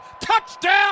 touchdown